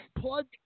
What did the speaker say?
Plug